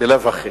בלאו הכי.